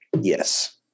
Yes